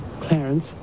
Clarence